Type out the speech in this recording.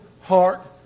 heart